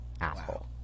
asshole